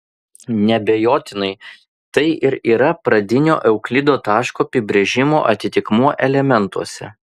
neabejotinai tai ir yra pradinio euklido taško apibrėžimo atitikmuo elementuose